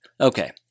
Okay